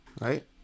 right